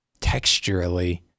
texturally